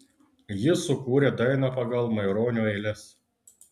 jis sukūrė dainą pagal maironio eiles